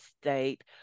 state